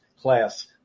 class